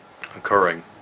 occurring